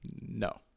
no